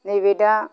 नैबे दा